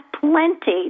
plenty